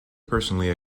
personally